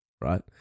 right